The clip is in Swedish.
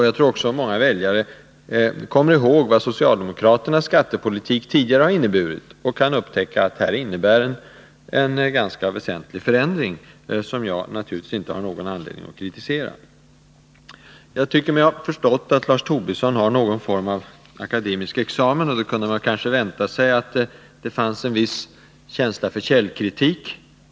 Jag tror också att många väljare kommer att erinra sig vad socialdemokraternas skattepolitik tidigare har inneburit och konstatera att detta innebär en väsentlig förändring, som jag naturligtvis inte har någon anledning att kritisera. Jag tycker mig ha förstått att Lars Tobisson har någon form av akademisk examen, och man kunde kanske därför vänta sig att det hos en sådan person fanns en viss känsla för källkritik.